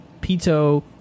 pito